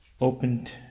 opened